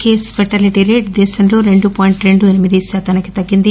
case fatality rate దేశంలో రెండు point రెండు ఎనిమిది శాతానికి తగ్గింది